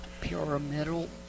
Pyramidal